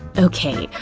okay,